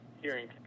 hearing